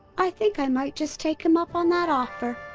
i think i might just take him up on that offer.